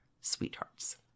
sweethearts